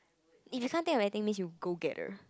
if you can't think of anything means you go getter